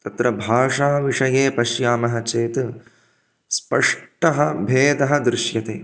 तत्र भाषाविषये पश्यामः चेत् स्पष्टः भेदः दृश्यते